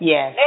Yes